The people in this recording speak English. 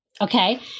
okay